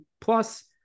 Plus